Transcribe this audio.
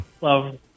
love